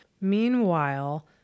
Meanwhile